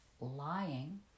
lying